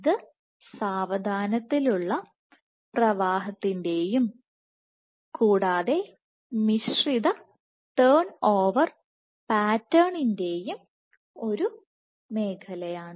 ഇത് സാവധാനത്തിലുള്ള പ്രവാഹത്തിൻറെയും കൂടാതെ മിശ്രിത ടേൺഓവർ പാറ്റേണിന്റെയും ഒരു മേഖലയാണ്